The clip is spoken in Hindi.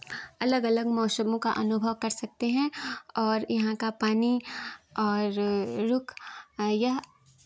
अलग अलग मौसमों का अनुभव कर सकते हैं और यहाँ का पानी और रुख यह